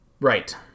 Right